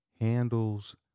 handles